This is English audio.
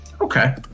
Okay